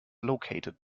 located